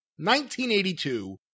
1982